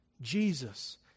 Jesus